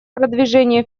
продвижения